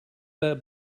that